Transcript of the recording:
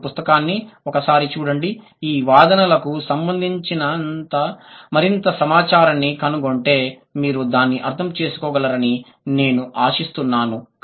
మీరు పుస్తకాన్ని ఒకసారి చూడండి ఈ వాదనలకు సంబంధించిన మరింత సమాచారాన్ని కనుగొంటే మీరు దాన్ని అర్థం చేసుకోగలరని నేను ఆశిస్తున్నాను